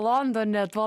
londone tuo